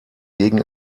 gegen